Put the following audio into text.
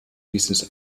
dieses